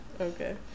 Okay